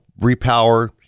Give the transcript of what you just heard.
Repower